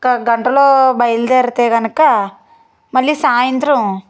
ఒక గంటలో బయలుదేరితే కనుక మళ్ళీ సాయంత్రం